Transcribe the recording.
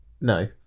No